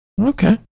Okay